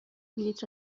بلیط